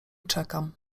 czekam